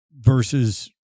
versus